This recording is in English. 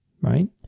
right